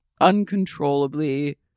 uncontrollably